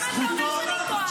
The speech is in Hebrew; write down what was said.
למה אתה אומר שאני טועה?